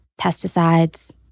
pesticides